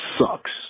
sucks